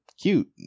cute